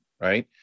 right